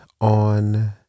on